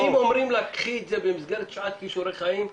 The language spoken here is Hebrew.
אם אומרים לך קחי את זה במסגרת שעת כישורי חיים,